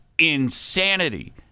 insanity